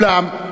ואולם,